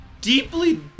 deeply